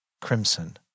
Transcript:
Crimson